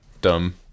dumb